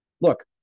look